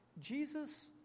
Jesus